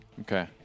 Okay